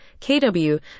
kW